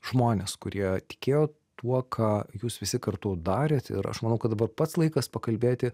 žmonės kurie tikėjo tuo ką jūs visi kartu darėt ir aš manau kad dabar pats laikas pakalbėti